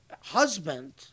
husband